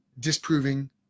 disproving